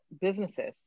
businesses